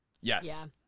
Yes